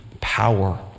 power